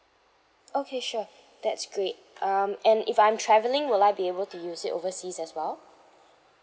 okay sure that's great um and if I'm travelling will I be able to use it overseas as well